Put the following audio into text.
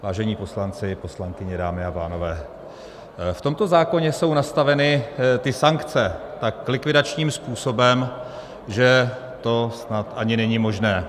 Vážení poslanci, poslankyně, dámy a pánové, v tomto zákoně jsou nastaveny sankce tak likvidačním způsobem, že to snad ani není možné.